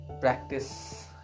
practice